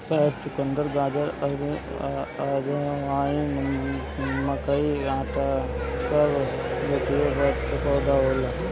सौंफ, चुकंदर, गाजर, अजवाइन, मकई के आटा इ सब द्विवर्षी पौधा होला